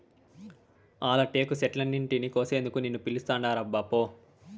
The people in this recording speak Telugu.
ఆల టేకు చెట్లన్నింటినీ కోసేందుకు నిన్ను పిలుస్తాండారబ్బా పో